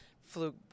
flew